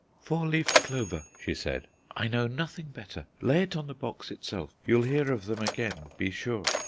four-leaved clover, she said. i know nothing better. lay it on the box itself. you'll hear of them again, be sure.